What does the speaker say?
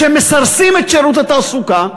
כשמסרסים את שירות התעסוקה,